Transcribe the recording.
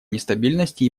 нестабильности